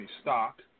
stock